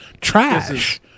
trash